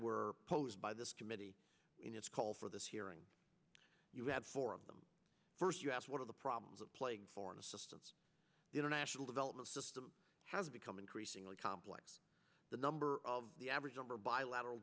were posed by this committee in its call for this hearing you have four of them first us one of the problems of playing foreign assistance international development system has become increasingly complex the number the average number bilateral